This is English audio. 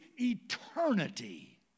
eternity